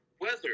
weather